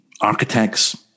architects